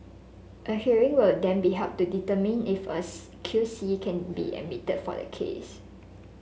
a hearing will then be held to determine if a C Q C can be admitted for the case